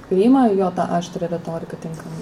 priima jo tą aštrią retoriką tinkamai